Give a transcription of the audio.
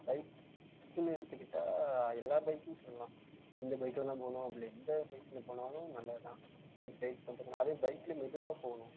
பைக்குன்னு எடுத்துக்கிட்டால் எல்லா பைக்கும் சொல்லலாம் இந்த பைக்கில் தான் போகணும் அப்படில்ல எந்த பைக்கில் போனாலும் நல்லது தான் பைக் ரைட் பண்ணுறதுனா அதுவும் பைக்கில் மெதுவாக போகணும்